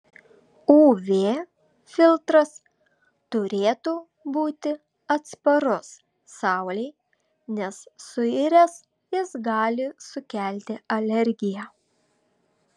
uv filtras turėtų būti atsparus saulei nes suiręs jis gali sukelti alergiją